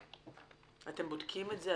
אתם בודקים את זה?